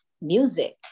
music